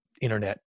internet